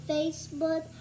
Facebook